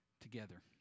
together